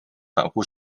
反复